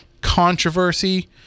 controversy